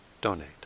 donate